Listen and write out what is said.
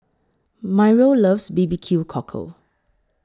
Myrl loves B B Q Cockle